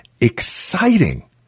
exciting